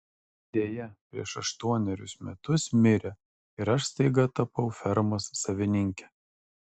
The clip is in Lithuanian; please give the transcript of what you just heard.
deja prieš aštuonerius metus mirė ir aš staiga tapau fermos savininke